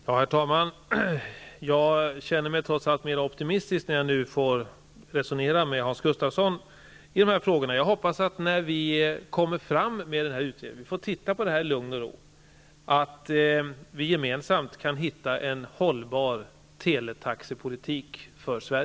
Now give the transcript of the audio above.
Herr talman! Jag känner mig trots allt mer optimistisk nu när jag har resonerat med Hans Gustafsson. Jag hoppas att vi, när utredningen är färdig, får se över detta i lugn och ro och att vi gemensamt kan hitta en hållbar teletaxepolitik för